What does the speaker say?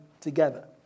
together